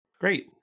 Great